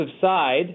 side